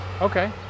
Okay